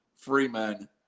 Freeman